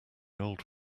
old